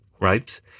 right